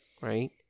right